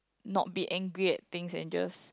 not be angry at things and just